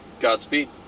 Godspeed